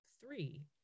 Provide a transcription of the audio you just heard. three